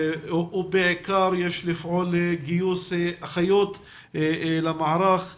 ובעיקר יש לפעול לגיוס אחיות למערך הזה.